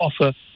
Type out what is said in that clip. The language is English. offer